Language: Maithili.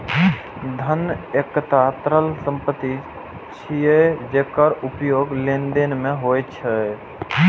धन एकटा तरल संपत्ति छियै, जेकर उपयोग लेनदेन मे होइ छै